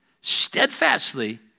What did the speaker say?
steadfastly